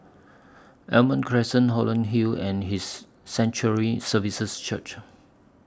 Almond Crescent Holland Hill and His Sanctuary Services Church